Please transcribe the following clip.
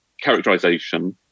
characterization